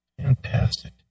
Fantastic